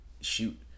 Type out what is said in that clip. shoot